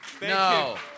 No